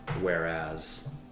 whereas